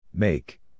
Make